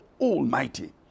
Almighty